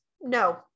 no